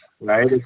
right